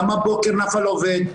גם הבוקר נפל עובד,